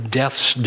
death's